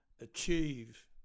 achieve